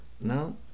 No